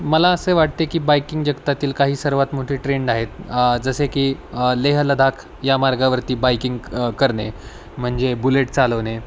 मला असे वाटते की बाईकिंग जगतातील काही सर्वात मोठे ट्रेंड आहेत जसे की लेह लडाख या मार्गावरती बाईकिंग करणे म्हणजे बुलेट चालवणे